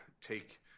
take